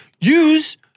Use